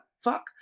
fuck